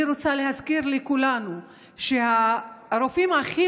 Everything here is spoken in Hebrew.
אני רוצה להזכיר לכולנו שהרופאים הכי